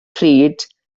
pryd